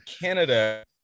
Canada